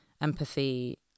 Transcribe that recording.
empathy